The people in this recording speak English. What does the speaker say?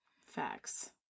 Facts